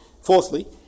Fourthly